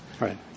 Right